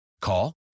Call